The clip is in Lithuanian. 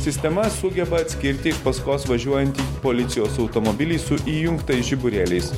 sistema sugeba atskirti iš paskos važiuojantį policijos automobilį su įjungtais žiburėliais